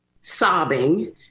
sobbing